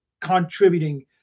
contributing